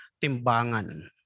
timbangan